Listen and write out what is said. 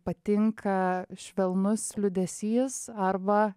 patinka švelnus liūdesys arba